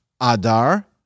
Adar